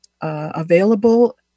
available